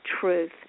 truth